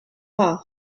pas